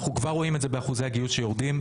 אנחנו כבר רואים את זה באחוזי הגיוס שיורדים,